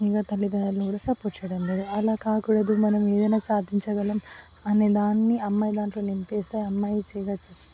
ఇంకా తల్లిదండ్రులు కూడా సపోర్ట్ చెయ్యడం లేదు అలా కాకూడదు మనం ఏదైనా సాధించగలం అనే దాన్ని అమ్మాయి దాంట్లో నింపిస్తే అమ్మాయి